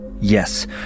Yes